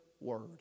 word